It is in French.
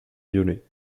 violet